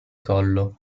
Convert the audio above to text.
collo